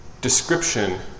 Description